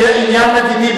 יהיה עניין מדיני.